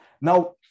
now